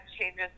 changes